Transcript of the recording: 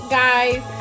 guys